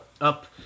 up